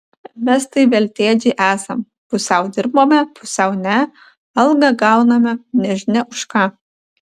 mes tai veltėdžiai esam pusiau dirbame pusiau ne algą gauname nežinia už ką